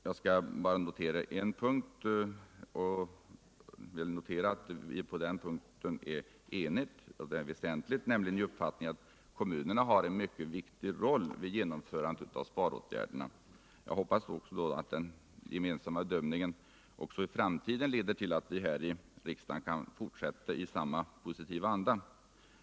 Jag skall bara notera att utskottet uppenbarligen är enigt på en väsentlig punkt, nämligen i uppfattningen att kommunerna har en mycket viktig roll vid genomförandet av sparåtgärderna. Jag hoppas att denna gemensamma bedömning också i framtiden leder till att vi här i riksdagen kan fortsätta I samma positiva anda.